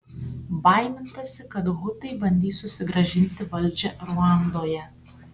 baimintasi kad hutai bandys susigrąžinti valdžią ruandoje